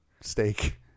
steak